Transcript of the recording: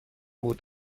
بود